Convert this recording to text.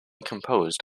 composed